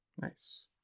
Nice